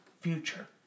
Future